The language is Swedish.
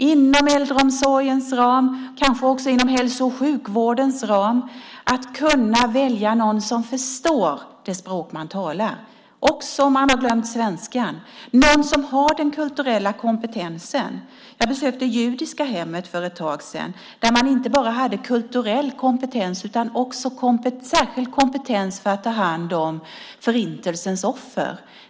Inom äldreomsorgens ram, kanske också inom hälso och sjukvårdens ram, ska man kunna välja någon som förstår det språk man talar, också om man har glömt svenskan - någon som har den kulturella kompetensen. Jag besökte Judiska Hemmet för ett tag sedan, där man inte bara hade kulturell kompetens utan också särskild kompetens för att ta hand om Förintelsens offer.